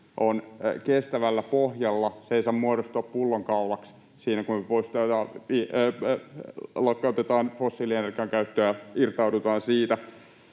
on kestävällä pohjalla. Se ei saa muodostua pullonkaulaksi siinä, kun me lakkautetaan fossiilienergian käyttöä, irtaudutaan siitä.